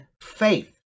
faith